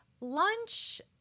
Lunch